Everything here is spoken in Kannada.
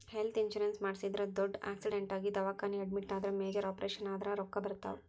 ಹೆಲ್ತ್ ಇನ್ಶೂರೆನ್ಸ್ ಮಾಡಿಸಿದ್ರ ದೊಡ್ಡ್ ಆಕ್ಸಿಡೆಂಟ್ ಆಗಿ ದವಾಖಾನಿ ಅಡ್ಮಿಟ್ ಆದ್ರ ಮೇಜರ್ ಆಪರೇಷನ್ ಆದ್ರ ರೊಕ್ಕಾ ಬರ್ತಾವ